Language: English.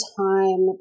time